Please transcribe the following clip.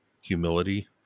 humility